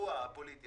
דווקא 250 ימים?